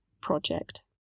project